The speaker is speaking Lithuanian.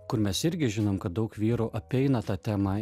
kur mes irgi žinom kad daug vyrų apeina tą temą